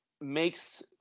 makes